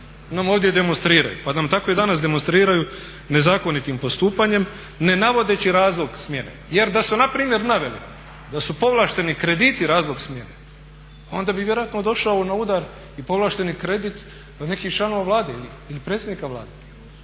nam ovdje demonstriraju. Pa nam tako i danas demonstriraju nezakonitim postupanjem ne navodeći razlog smjene jer sa su npr. naveli da su povlašteni krediti razlog smjene, onda bi vjerojatno došao na udar i povlašteni kredit nekih članova Vlade ili predsjednika Vlade,